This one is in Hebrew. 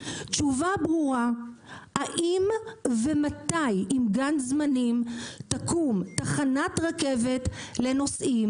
רוצה תשובה ברורה האם ומתי תקום תחנת רכבת לנוסעים